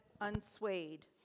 unswayed